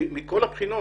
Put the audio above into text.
מכל הבחינות.